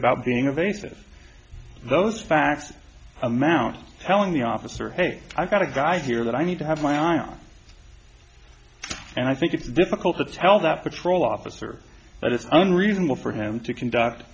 about being a vases those facts amount telling the officer hey i've got a guy here that i need to have my eye on and i think it's difficult to tell that patrol officer that it's unreasonable for him to conduct